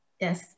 Yes